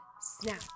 SNAP